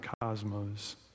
cosmos